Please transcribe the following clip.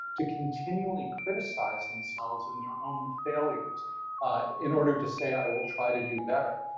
to continually criticize themselves and their own failures in order to say i will try to do better.